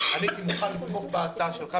אני הייתי מוכן לתמוך בהצעה שלך,